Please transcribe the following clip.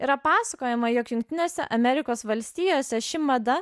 yra pasakojama jog jungtinėse amerikos valstijose ši mada